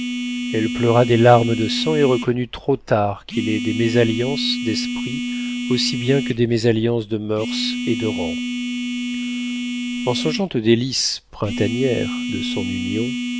elle pleura des larmes de sang et reconnut trop tard qu'il est des mésalliances d'esprits aussi bien que des mésalliances de moeurs et de rang en songeant aux délices printanières de son union